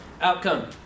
Outcome